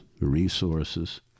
resources